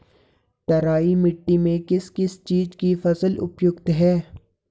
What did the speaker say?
तराई मिट्टी में किस चीज़ की फसल उपयुक्त है?